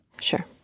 Sure